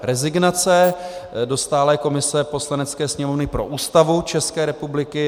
Rezignace do stálé komise Poslanecké sněmovny pro Ústavu České republiky.